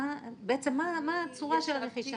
בעצם מה הצורה של הרכישה?